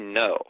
no